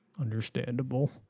Understandable